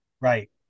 right